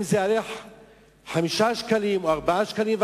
אם הוא יעלה 5 שקלים או 4.5 שקלים.